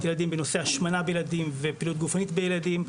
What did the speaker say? ילדים בנושא השמנה בילדים ופעילות גופנית בילדים,